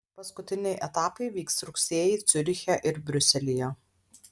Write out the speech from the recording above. paskutiniai etapai vyks rugsėjį ciuriche ir briuselyje